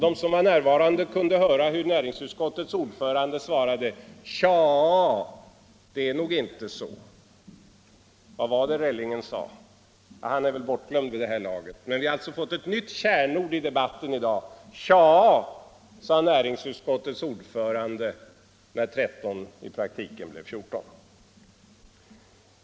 De som var närvarande kunde höra hur näringsutskottets ordförande svarade: Tja, det är nog inte så. Vad var det Relling sade? Han är väl bortglömd vid det här laget. Men vi har alltså fått ett nytt kärnord i debatten i dag: Tja, sade näringsutskottets ordförande, när 13 i praktiken blev 14.